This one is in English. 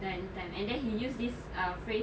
entire time and then he used this uh phrase